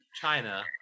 China